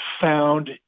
found